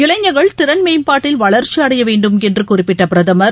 இளைஞர்கள் திறன் மேம்பாட்டில் வளர்ச்சிஅடையவேண்டும் என்றுகுறிப்பிட்டபிரதமர்